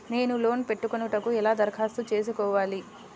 నేను లోన్ పెట్టుకొనుటకు ఎలా దరఖాస్తు చేసుకోవాలి?